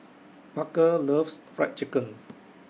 Parker loves Fried Chicken